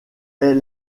est